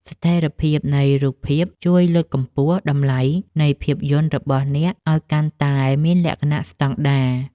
ស្ថិរភាពនៃរូបភាពជួយលើកកម្ពស់តម្លៃនៃភាពយន្តរបស់អ្នកឱ្យកាន់តែមានលក្ខណៈស្តង់ដារ។